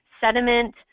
sediment